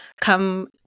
come